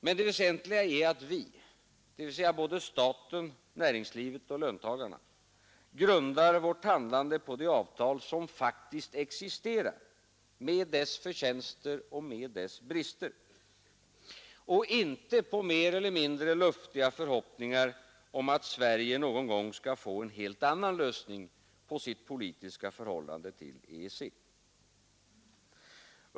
Men det väsentliga är att vi, dvs. både staten, näringslivet och löntagarna, grundar vårt handlande på det avtal som faktiskt existerar, med dess förtjänster och med dess brister, och inte på mer eller mindre luftiga förhoppningar om att Sverige någon gång skall få en helt annan lösning på sitt politiska förhållande till EEC.